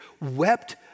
wept